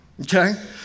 Okay